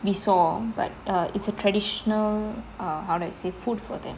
we saw but err it's a traditional err how do I say food for them